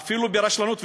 זה אפילו ברשלנות,